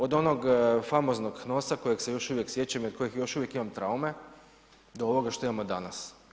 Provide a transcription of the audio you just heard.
Od onog famoznog HNOS-a kojeg se još uvijek sjećam i od kojeg još uvijek imam traume, do ovoga što imamo danas.